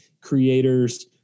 creators